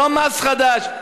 זה לא מס חדש,